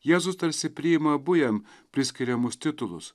jėzus tarsi priima abu jam priskiriamus titulus